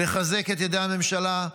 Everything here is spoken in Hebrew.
לחזק את ידי הממשלה,